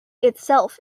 itself